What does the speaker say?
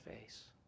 face